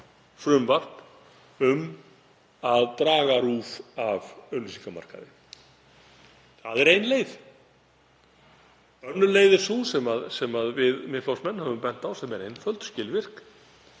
frumvarp um að draga RÚV af auglýsingamarkaði. Það er ein leið. Önnur leið er sú sem við Miðflokksmenn höfum bent á, sem er einföld, skilvirk,